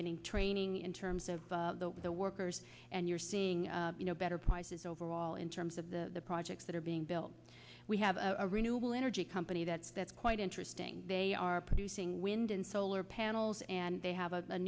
getting training in terms of the workers and you're seeing you know better prices overall in terms of the projects that are being built we have a renewable energy company that's that's quite interesting they are producing wind and solar panels and they have a